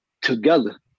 together